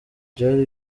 byari